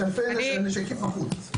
יש אלפי נשקים בחוץ.